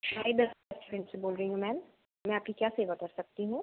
शाही Dar restaurant से बोल रही हूँ मैम मैं आपकी क्या सेवा कर सकती हूँ